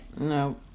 No